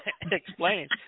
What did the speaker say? explain